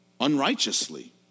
unrighteously